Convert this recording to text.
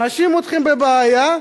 נאשים אתכם בבעיה,